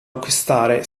acquistare